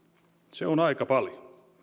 se on aika paljon